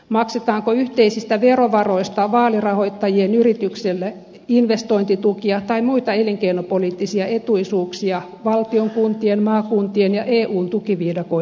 maksetaanko yhteisistä verovaroista vaalirahoittajien yrityksille investointitukia tai muita elinkeinopoliittisia etuisuuksia valtion kuntien maakuntien ja eu tukiviidakoiden kautta